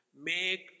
make